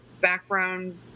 background